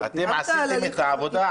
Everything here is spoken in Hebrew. אתם עשיתם את העבודה,